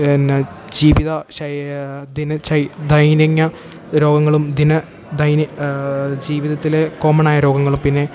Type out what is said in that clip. എന്ന ജീവിത ശയ്യ ദിന ദൈന്യന്യ രോഗങ്ങളും ദിന ദയ്ന ജീവിതത്തിലെ കോമണായ രോഗങ്ങളും പിന്നെ